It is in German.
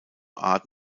art